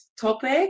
topic